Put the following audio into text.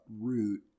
Root